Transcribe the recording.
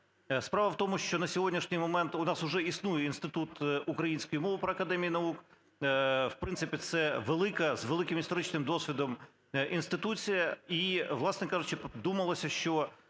Справа в тому, що на сьогоднішній момент у нас уже існує Інститут української мови при Академії наук. В принципі, це велика, з великим історичним досвідом інституція і, власне кажучи, думалося, що,